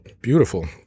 beautiful